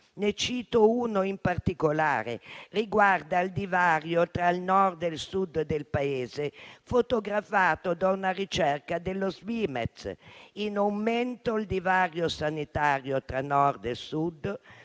Ne cito uno in particolare, che riguarda il divario tra il Nord e il Sud del Paese, fotografato da una ricerca dello Svimez, che definisce in aumento il divario sanitario tra Nord e Sud,